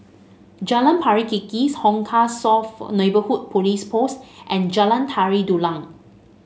Jalan Pari Kikis Hong Kah South Neighbourhood Police Post and Jalan Tari Dulang